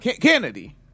Kennedy